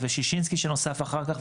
ושישינסקי שנוסף אחר כך.